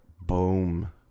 boom